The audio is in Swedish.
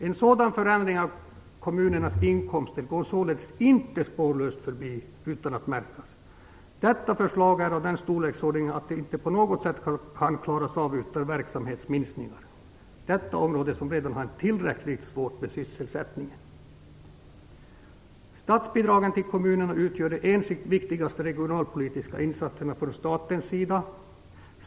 En sådan förändring av kommunernas inkomster går inte spårlöst förbi utan märks. Detta förslag är av den storleksordningen att det inte på något sätt kan klaras utan verksamhetsminskningar, och detta i områden som redan har det tillräckligt svårt med sysselsättningen. Statsbidragen till kommunerna utgör de enskilt viktigaste regionalpolitiska insatserna från statens sida.